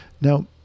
Now